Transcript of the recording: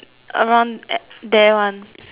around at there [one]